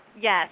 Yes